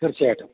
തീർച്ചയായിട്ടും